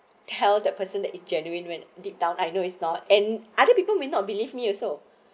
tell that person that is genuine when deep down I know it's not and other people may not believe me also